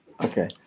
Okay